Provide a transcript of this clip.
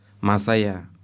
masaya